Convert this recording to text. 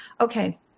okay